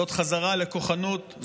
זאת חזרה לכוחנות,